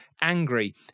angry